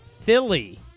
Philly